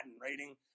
rating